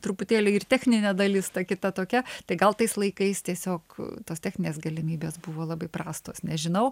truputėlį ir techninė dalis ta kita tokia tai gal tais laikais tiesiog tos techninės galimybės buvo labai prastos nežinau